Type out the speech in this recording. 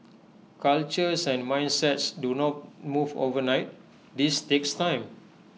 cultures and mindsets do not move overnight this takes time